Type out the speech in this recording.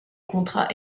contrats